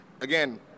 again